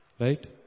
Right